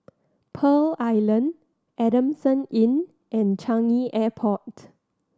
Pearl Island Adamson Inn and Changi Airport